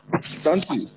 Santi